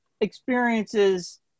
experiences